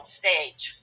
stage